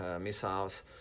missiles